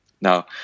Now